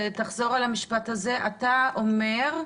אתה אומר: